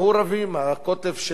הקוטב שנקרא ליברמן